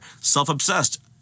self-obsessed